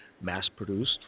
mass-produced